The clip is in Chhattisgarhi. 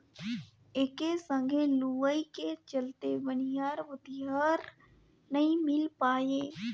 एके संघे लुवई के चलते बनिहार भूतीहर नई मिल पाये